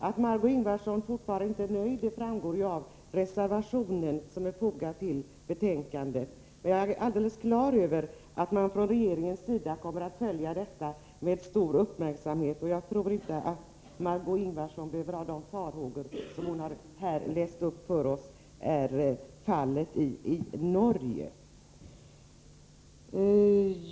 Att Margö Ingvardsson fortfarande inte är nöjd framgår av reservationen, som är fogad till betänkandet. Men jag är helt på det klara med att man från regeringens sida kommer att följa detta med stor uppmärksamhet, och jag tror inte att Margö Ingvardsson behöver hysa farhågor för att det skall bli här som i Norge, som hon har läst upp för oss.